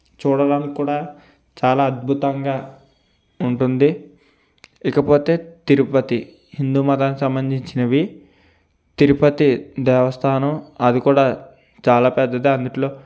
చూడడానికి కూడా చాలా అద్భుతంగా ఉంటుంది ఇకపోతే తిరుపతి హిందు మతానికి సంబంధించినవి తిరుపతి దేవస్థానం అది కూడా చాలా పెద్దది అందులో